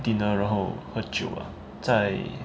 dinner 然后喝酒 lah 在